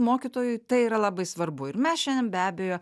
mokytojui tai yra labai svarbu ir mes šiandien be abejo